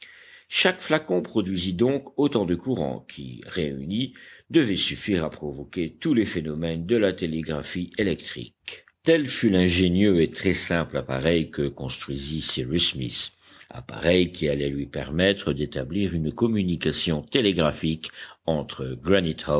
chaque flacon produisit donc autant de courants qui réunis devaient suffire à provoquer tous les phénomènes de la télégraphie électrique tel fut l'ingénieux et très simple appareil que construisit cyrus smith appareil qui allait lui permettre d'établir une communication télégraphique entre